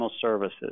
services